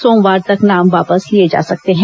सोमवार तक नाम वापस लिये जा सकते हैं